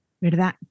¿verdad